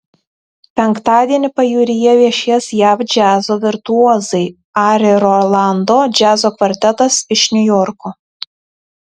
penktadienį pajūryje viešės jav džiazo virtuozai ari rolando džiazo kvartetas iš niujorko